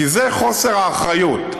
כי זה חוסר האחריות.